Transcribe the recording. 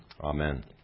Amen